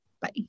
Bye